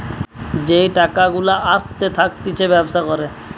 যেই টাকা গুলা আসতে থাকতিছে ব্যবসা করে